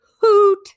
hoot